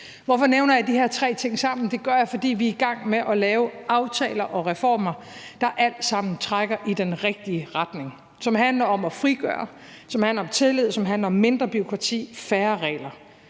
Hvorfor nævner jeg de her tre ting sammen? Det gør jeg, fordi vi er i gang med at lave aftaler og reformer, der alle sammen trækker i den rigtige retning, og som handler om at frigøre, og som handler om tillid, og som handler om mindre bureaukrati og færre regler.